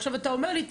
עכשיו אתה אומר לי,